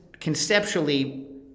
conceptually